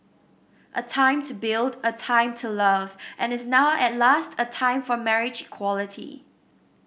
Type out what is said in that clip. a time to build a time to love and is now at last a time for marriage equality